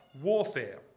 Warfare